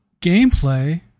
gameplay